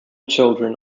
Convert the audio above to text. children